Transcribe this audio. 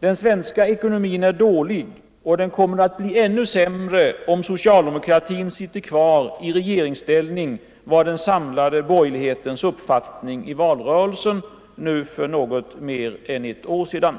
Den svenska ekonomin är dålig, och den kommer att bli ännu sämre om socialdemokratin sitter kvar i regeringsställning — det var den samlade borgerlighetens uppfattning i valrörelsen för nu något mer än ett år sedan.